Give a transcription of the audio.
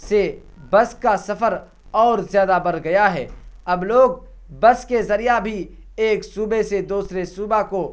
سے بس کا سفر اور زیادہ بڑھ گیا ہے اب لوگ بس کے ذریعہ بھی ایک صوبے سے دوسرے صوبہ کو